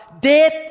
death